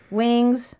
wings